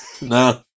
No